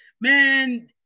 man